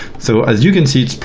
so as you can see, it's but